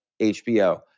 HBO